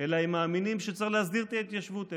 אלא הם מאמינים שצריך להסדיר את ההתיישבות.